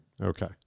Okay